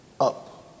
up